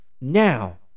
now